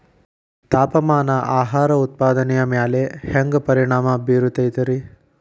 ತಾಪಮಾನ ಆಹಾರ ಉತ್ಪಾದನೆಯ ಮ್ಯಾಲೆ ಹ್ಯಾಂಗ ಪರಿಣಾಮ ಬೇರುತೈತ ರೇ?